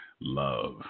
Love